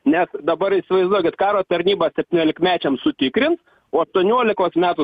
nes dabar įsivaizduokit karo tarnyba septyniolikmečiam sutikrins o aštuoniolikos metų